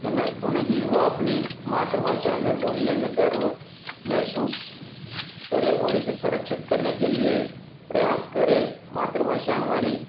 यह महत्वपूर्ण है कि युवा अपनी मातृभाषा में बोलने में गर्व महसूस करें और इसे सुरक्षित करने के लिए प्रयास करे मातृभाषा हमारी